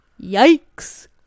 Yikes